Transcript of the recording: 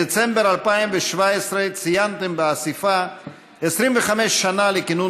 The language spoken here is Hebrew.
בדצמבר 2017 ציינתם באספה 25 שנה לכינון